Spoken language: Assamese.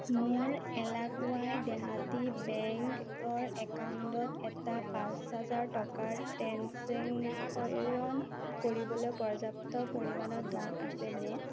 মোৰ এলাকুৱাই দেহাতী বেংকৰ একাউণ্টত এটা পাঁচ হাজাৰ টকাৰ ট্ৰেঞ্জেকশ্য়ন কৰিবলৈ পৰ্যাপ্ত পৰিমাণৰ ধন আছেনে